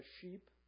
sheep